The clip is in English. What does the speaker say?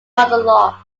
monologues